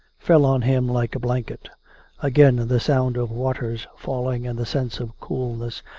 fell on him like a blanket again the sound of waters falling and the sense of coolness,